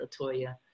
latoya